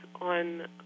on